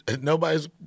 Nobody's